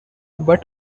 but